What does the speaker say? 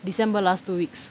december last two weeks